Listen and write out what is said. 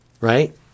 right